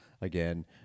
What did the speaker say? again